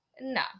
no